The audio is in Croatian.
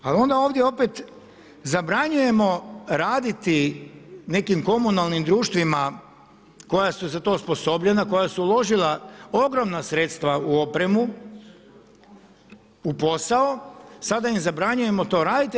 Ali onda ovdje opet zabranjujemo raditi nekim komunalnim društvima koja su za to osposobljena, koja su uložila ogromna sredstva u opremu, u posao, sada im zabranjujemo to raditi.